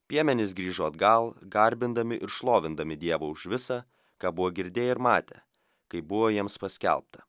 piemenys grįžo atgal garbindami ir šlovindami dievą už visa ką buvo girdėję ir matę kaip buvo jiems paskelbta